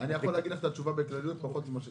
אני יכול להגיד לך את התשובה בכלליות: פחות ממה שצריך.